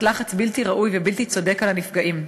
לחץ בלתי ראוי ובלתי צודק על הנפגעים.